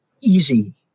easy